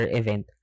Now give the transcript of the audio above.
event